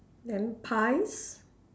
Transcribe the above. then pies